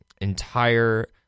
entire